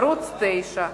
ערוץ-9,